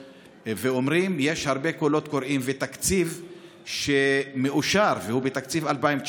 ואומרים שיש הרבה קולות קוראים ותקציב שמאושר והוא בתקציב 2019,